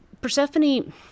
Persephone